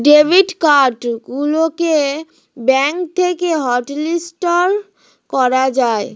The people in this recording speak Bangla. ডেবিট কার্ড গুলোকে ব্যাঙ্ক থেকে হটলিস্ট করা যায়